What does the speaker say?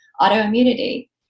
autoimmunity